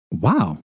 Wow